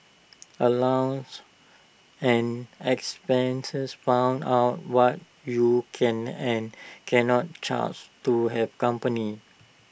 allowance and expenses found out what you can and can not charge to hey company